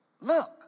Look